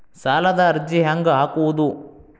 ಸಾಲದ ಅರ್ಜಿ ಹೆಂಗ್ ಹಾಕುವುದು?